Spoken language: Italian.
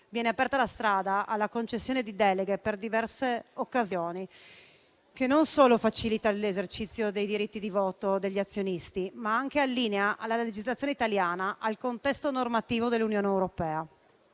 Viene aperta la strada alla concessione di deleghe per diverse occasioni; il che non solo facilita l'esercizio del diritto di voto degli azionisti, ma allinea anche la legislazione italiana al contesto normativo dell'Unione europea.